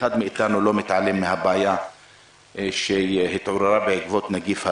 אחד מאתנו לא מתעלם מהבעיה שהתעוררה בעקבות הנגיף,